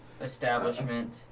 establishment